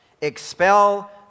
Expel